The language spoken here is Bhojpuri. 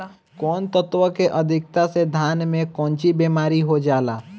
कौन तत्व के अधिकता से धान में कोनची बीमारी हो जाला?